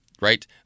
right